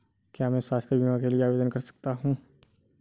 क्या मैं स्वास्थ्य बीमा के लिए आवेदन कर सकता हूँ?